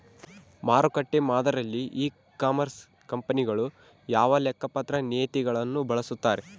ಮಾರುಕಟ್ಟೆ ಮಾದರಿಯಲ್ಲಿ e commerce ಕಂಪನಿಗಳು ಯಾವ ಲೆಕ್ಕಪತ್ರ ನೇತಿಗಳನ್ನು ಬಳಸುತ್ತಾರೆ?